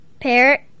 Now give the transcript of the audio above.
Parrot